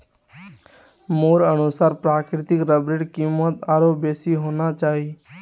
मोर अनुसार प्राकृतिक रबरेर कीमत आरोह बेसी होना चाहिए